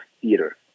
theater